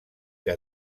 què